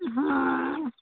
हँ